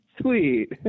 Sweet